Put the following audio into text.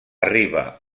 arriba